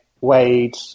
Wade